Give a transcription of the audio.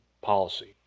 policy